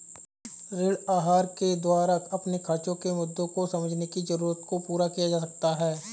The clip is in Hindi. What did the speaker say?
ऋण आहार के द्वारा अपने खर्चो के मुद्दों को समझने की जरूरत को पूरा किया जा सकता है